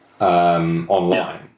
online